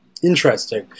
Interesting